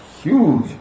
huge